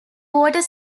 water